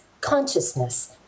consciousness